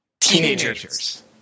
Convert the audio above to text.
teenagers